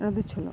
ಅದು ಛಲೋ